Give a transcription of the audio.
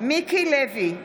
מיקי לוי,